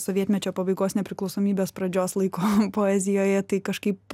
sovietmečio pabaigos nepriklausomybės pradžios laiko poezijoje tai kažkaip